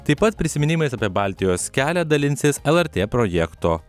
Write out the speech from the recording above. taip pat prisiminimais apie baltijos kelią dalinsis lrt projekto